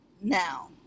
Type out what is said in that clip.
now